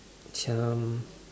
um